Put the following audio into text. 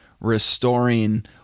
restoring